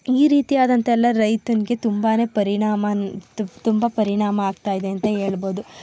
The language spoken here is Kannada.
ಈ ರೀತಿಯಾದಂತೆಲ್ಲ ರೈತನಿಗೆ ತುಂಬನೇ ಪರಿಣಾಮ ತುಂಬ ಪರಿಣಾಮ ಆಗ್ತಾಯಿದೆ ಅಂತ ಹೇಳ್ಬೋದು